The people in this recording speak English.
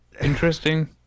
Interesting